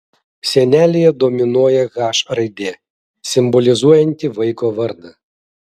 sienelėje dominuoja h raidė simbolizuojanti vaiko vardą